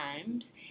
times